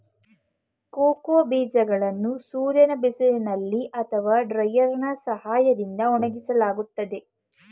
cocoa ಬೀಜಗಳನ್ನು ಸೂರ್ಯನ ಬಿಸಿಲಿನಲ್ಲಿ ಅಥವಾ ಡ್ರೈಯರ್ನಾ ಸಹಾಯದಿಂದ ಒಣಗಿಸಲಾಗುತ್ತದೆ